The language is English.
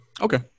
Okay